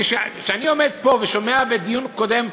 כשאני עומד פה ושומע בדיון הקודם,